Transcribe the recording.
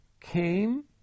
came